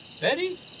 Betty